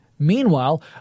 Meanwhile